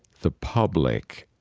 the public,